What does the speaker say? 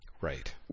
Right